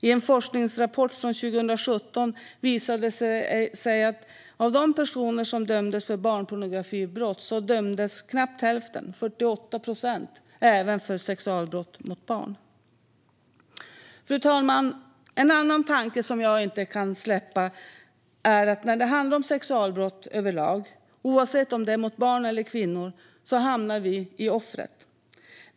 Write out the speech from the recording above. I en forskningsrapport från 2017 visade det sig att av de personer som dömdes för barnpornografibrott dömdes knapp hälften, 48 procent, även för sexualbrott mot barn. Fru talman! En annan tanke som jag inte kan släppa är att när det handlar om sexualbrott överlag, oavsett om det är mot barn eller kvinnor, hamnar vi i offret.